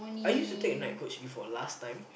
I used to take night coach before last time